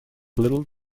little